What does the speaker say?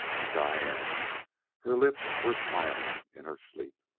and diane her lips were smiling in her sleep.